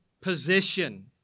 position